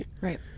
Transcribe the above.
Right